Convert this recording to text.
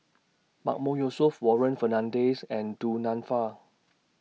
Mahmood Yusof Warren Fernandez and Du Nanfa